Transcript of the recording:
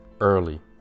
early